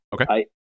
Okay